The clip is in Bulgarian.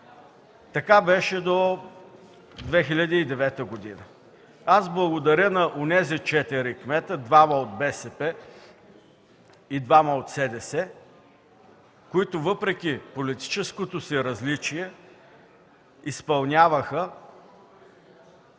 Така беше до 2009 г. Аз благодаря на онези четирима кметове – двама от БСП и двама от СДС, които въпреки политическото си различие изпълняваха